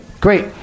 great